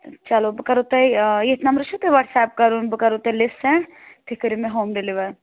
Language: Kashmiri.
چلو بہٕ کَرو تۄہہِ ییٚتھۍ نَمبرَس چھُو تۄہہِ واٹٕس ایپ کَرُن بہٕ کَرو تۄہہِ لِسٹہٕ سٮ۪نٛڈ تُہۍ کٔرِو مےٚ ہوم ڈِیلِوَر